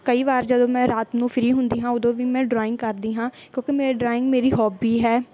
ਕਈ ਵਾਰ ਜਦੋਂ ਮੈਂ ਰਾਤ ਨੂੰ ਫ੍ਰੀ ਹੁੰਦੀ ਹਾਂ ਉਦੋਂ ਵੀ ਮੈਂ ਡਰਾਇੰਗ ਕਰਦੀ ਹਾਂ ਕਿਉਂਕਿ ਮੇਰੇ ਡਰਾਇੰਗ ਮੇਰੀ ਹੋਬੀ ਹੈ